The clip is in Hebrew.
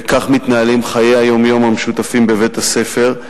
וכך מתנהלים חיי היום-יום המשותפים בבית-הספר.